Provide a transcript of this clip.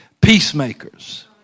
peacemakers